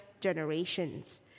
generations